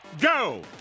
go